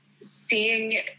seeing